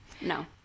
no